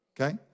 Okay